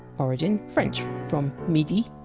origin french, from midi!